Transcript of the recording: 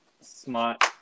smart